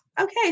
okay